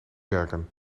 werken